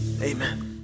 amen